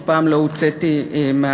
אף פעם לא הוצאתי מהמליאה,